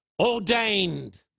ordained